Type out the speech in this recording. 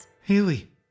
Haley